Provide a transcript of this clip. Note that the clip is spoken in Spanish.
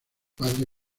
padre